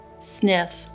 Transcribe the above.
Sniff